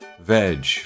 veg